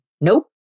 nope